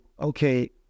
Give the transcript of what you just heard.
okay